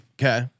Okay